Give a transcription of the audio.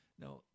Now